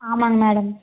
ஆமாங்க மேடம்